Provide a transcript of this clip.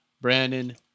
Brandon